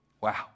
Wow